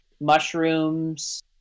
mushrooms